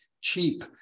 cheap